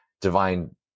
divine